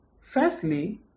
Firstly